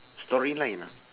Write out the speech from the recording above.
storyline ah